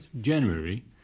January